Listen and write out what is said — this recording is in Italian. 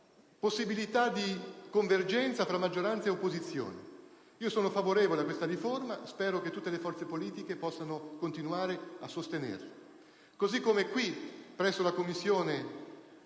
possibilità di convergenza tra maggioranza e opposizione. Sono favorevole a questa riforma e spero che tutte le forze politiche possano continuare a sostenerla. Allo stesso modo sono